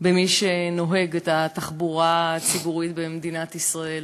בשאלה מי נוהג את התחבורה הציבורית במדינת ישראל.